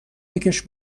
بکـش